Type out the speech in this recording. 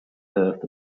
earth